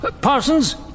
Parsons